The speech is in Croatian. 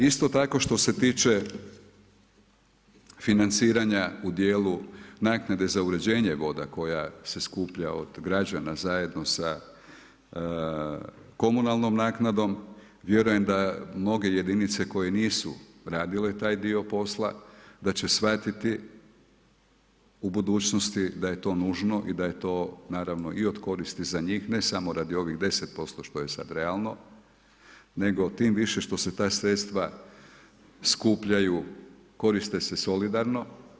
Isto tako što se tiče financiranja u dijelu naknade za uređenje voda koja se skuplja od građana zajedno sa komunalnom naknadom, vjerujem da mnoge jedinice koje nisu radile taj dio posla da će shvatiti u budućnosti da je to nužno i da je to i od koristi za njih, ne samo radi ovih 10% što je sada realno, nego tim više što se ta sredstva skupljaju koriste se solidarno.